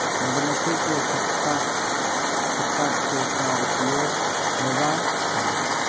मधुमक्खी के छत्ता के का उपयोग होबा हई?